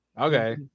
Okay